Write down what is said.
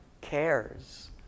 cares